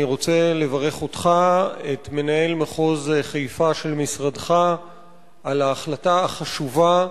אני רוצה לברך אותך ואת מנהל מחוז חיפה של משרדך על ההחלטה החשובה,